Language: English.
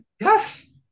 Yes